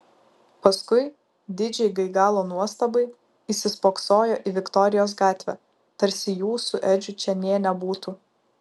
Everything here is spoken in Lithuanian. paskui didžiai gaigalo nuostabai įsispoksojo į viktorijos gatvę tarsi jų su edžiu čia nė nebūtų